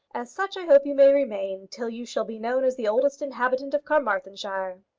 as such i hope you may remain till you shall be known as the oldest inhabitant of carmarthenshire.